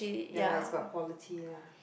ya lah it's about quality lah